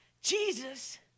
Jesus